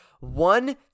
One